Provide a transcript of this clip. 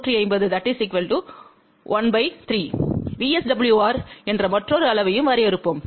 VSWR என்ற மற்றொரு அளவையும் வரையறுப்போம்